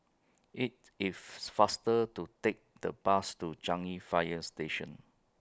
IT IS faster to Take The Bus to Changi Fire Station